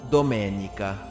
Domenica